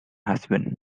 husband